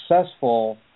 successful